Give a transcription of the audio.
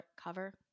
cover